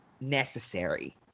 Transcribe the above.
necessary